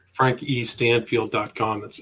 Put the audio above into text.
frankestanfield.com